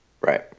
Right